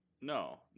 No